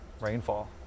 rainfall